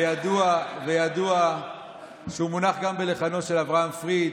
וידוע שהוא מונח גם בלחנו של אברהם פריד